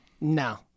No